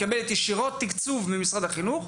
מקבלת תקצוב ישירות ממשרד החינוך,